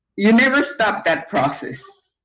you never stopped that process.